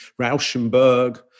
Rauschenberg